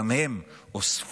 גם הם אוספים,